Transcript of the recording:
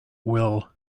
will